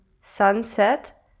sunset